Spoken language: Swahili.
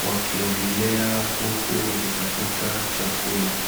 wakiogelea huku wakitafuta chakula.